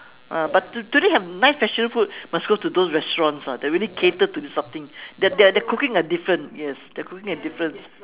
ah but do do they have nice special food must go to those restaurants ah they really cater to this sort of thing their their cooking are different yes their cooking are different